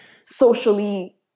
socially